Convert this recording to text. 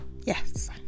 Yes